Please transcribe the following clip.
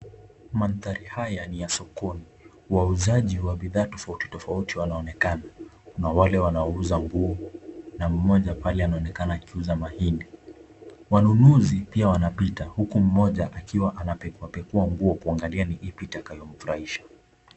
Mandhari haya ni ya sokoni. Wauzaji wa bidhaa tofauti tofauti wanaonekana. Kuna wale wanaonauza nguo na mmoja pale anaonekana akiuza mahindi. Wanunuzi pia wanapita huku mmoja akiwa anapekuapekua nguo kuangalia ni ipi itakayomfurahisha.